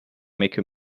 make